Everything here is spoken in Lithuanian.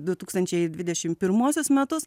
du tūkstančiai dvidešimt pirmuosius metus